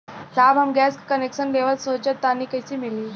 साहब हम गैस का कनेक्सन लेवल सोंचतानी कइसे मिली?